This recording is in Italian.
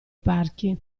parchi